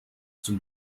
zum